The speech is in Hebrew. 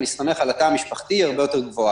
להסתמך על התא המשפחתי היא הרבה יותר גבוהה.